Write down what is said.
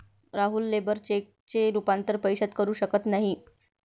Rahul labour चेकचे रूपांतर पैशात करू शकत नाही